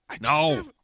No